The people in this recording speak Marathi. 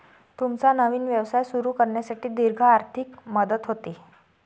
तुमचा नवीन व्यवसाय सुरू करण्यासाठी दीर्घ आर्थिक मदत होते